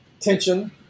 tension